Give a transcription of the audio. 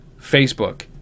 Facebook